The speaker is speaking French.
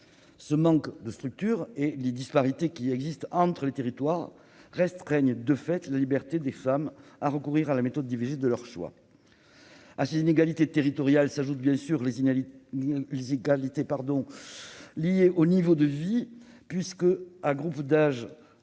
Ce manque de structures et les disparités qui existent entre les territoires restreignent de fait la liberté des femmes à recourir à la méthode d'IVG de leur choix. À ces inégalités territoriales s'ajoutent celles qui sont liées au niveau de vie des femmes.